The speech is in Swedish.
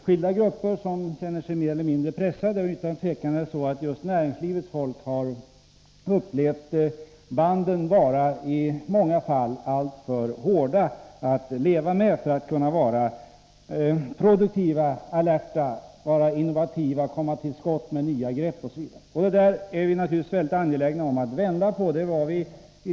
Skilda grupper känner sig mer eller mindre pressade. Utan tvivel har just näringslivets folk upplevt kraven vara i många fall alltför hårda att leva med för att man samtidigt skall kunna vara produktiv, alert, innovativ och komma till skott med nya grepp, osv. Det där är vi naturligtvis mycket angelägna om att vända på.